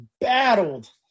battled